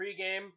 pregame